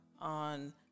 on